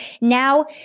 Now